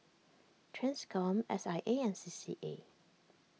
Transcom S I A and C C A